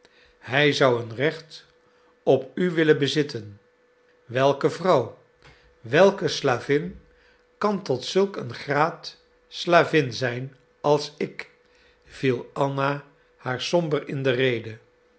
hij zou een recht op u willen bezitten welke vrouw welke slavin kan tot zulk een graad slavin zijn als ik viel anna haar somber in de rede